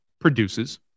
produces